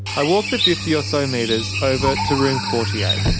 i walk the fifty or so metres over to room forty eight.